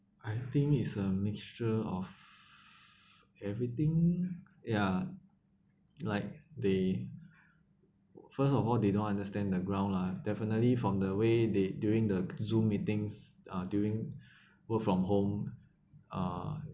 I think is a mixture of everything ya like they first of all they don't understand the ground lah definitely from the way they during the zoom meetings uh during work from home uh